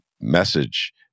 message